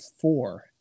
four